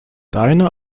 deine